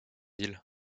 île